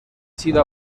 sido